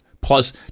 Plus